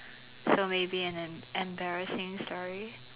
so maybe an em~ an embarrassing story